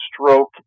stroke